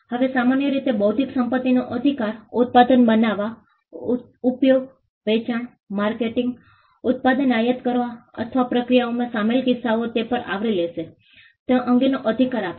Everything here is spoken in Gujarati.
હવે સામાન્ય રીતે બૌદ્ધિક સંપત્તિનો અધિકાર ઉત્પાદન બનાવવા ઉપયોગ વેચાણ માર્કેટિંગ ઉત્પાદન આયાત કરવા અથવા પ્રક્રિયાઓમાં સામેલ કિસ્સામાં તે પણ આવરી લેશે તે અંગેનો અધિકાર આપશે